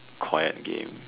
quiet game